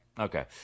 Okay